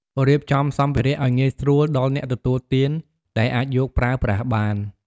រៀបចំសម្ភារៈឱ្យងាយស្រួលដល់អ្នកទទួលទានដែលអាចយកប្រើប្រាស់បាន។